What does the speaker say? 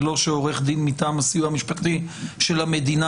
זה לא שעורך דין מטעם הסיוע המשפטי של המדינה